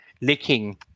licking